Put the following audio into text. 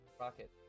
Rocket